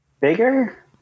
bigger